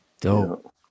dope